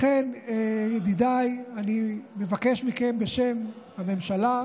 לכן, ידידיי, אני מבקש מכם, בשם הממשלה,